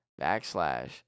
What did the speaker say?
backslash